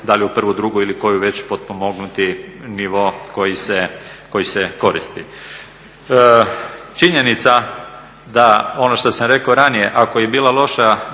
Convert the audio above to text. da li u prvu, drugu ili koju već potpomognuti nivo koji se koristi. Činjenica da ono što sam rekao ranije, ako je bila loša